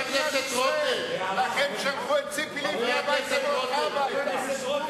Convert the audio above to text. לכן שלחו את ציפי לבני הביתה ואותך הביתה.